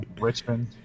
Richmond